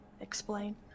explain